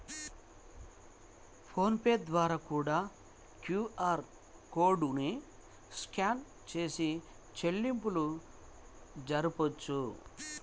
phone pay ద్వారా కూడా QR code ని స్కాన్ చేసి చెల్లింపులు జరపొచ్చు